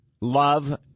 love